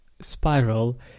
spiral